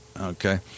okay